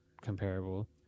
comparable